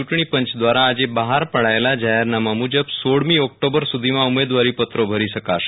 ચૂંટણી પંચ દ્રારાર આજે બહાર પડાયેલાં જાહેરનામાં મુજબ સોળમી ઓકટોમ્બર સુધીમાં ઉમેદવારીપત્રો ભરી શકાશે